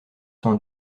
sans